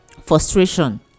frustration